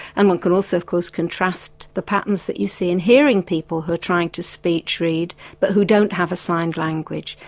and one can also of course contrast the patterns that you see in hearing people who are trying to speech-read but who don't have a signed language.